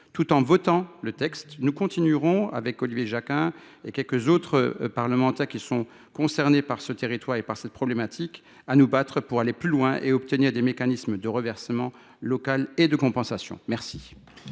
Tout en votant le texte, nous continuerons, avec Olivier Jacquin et quelques autres parlementaires concernés par le territoire et la problématique, à nous battre pour aller plus loin et obtenir des mécanismes de reversement local et de compensation. Très